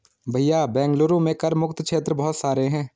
भैया बेंगलुरु में कर मुक्त क्षेत्र बहुत सारे हैं